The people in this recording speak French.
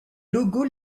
logos